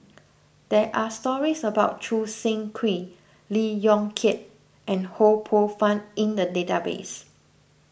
there are stories about Choo Seng Quee Lee Yong Kiat and Ho Poh Fun in the database